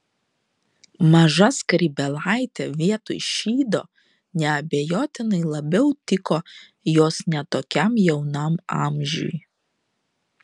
maža skrybėlaitė vietoj šydo neabejotinai labiau tiko jos ne tokiam jaunam amžiui